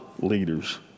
leaders